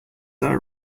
are